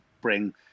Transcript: bring